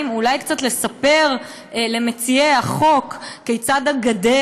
אולי קצת לספר למציעי החוק כיצד הגדר,